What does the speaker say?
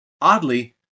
Oddly